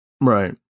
Right